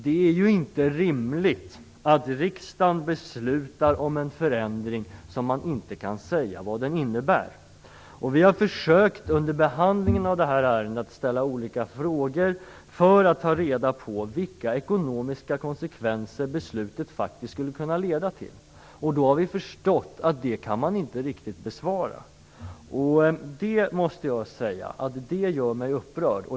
Det är ju inte rimligt att riksdagen fattar beslut om en förändring, om man inte kan säga vad den innebär. Vi har under behandlingen av det här ärendet försökt ställa frågor för att få reda på vilka ekonomiska konsekvenser beslutet faktiskt skulle kunna få. Vi har då förstått att man inte riktigt kan besvara sådana frågor. Det gör mig upprörd.